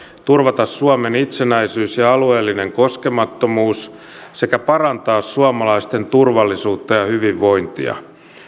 turvata suomen itsenäisyys ja alueellinen koskemattomuus sekä parantaa suomalaisten turvallisuutta ja hyvinvointia